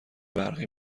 برقی